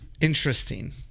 Interesting